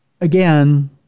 again